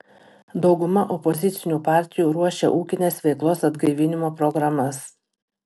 dauguma opozicinių partijų ruošia ūkinės veiklos atgaivinimo programas